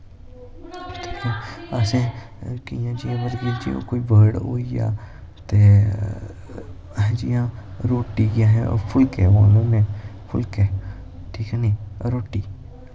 असैं कियां जियां कि मतलव कोई बर्ड़ होइया ते असैं जियां रोटी गी जियां अस फुल्के बोलने होन्ने फुल्के ठीक ऐ नी रोटी